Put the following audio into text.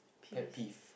pet peeve